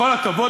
בכל הכבוד,